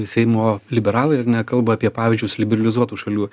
seimo liberalai ar ne kalba apie pavyzdžius liberalizuotų šalių